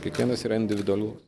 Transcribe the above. kiekvienas yra individualu